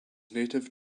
native